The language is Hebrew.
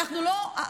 אנחנו לא,